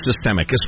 systemic